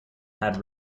had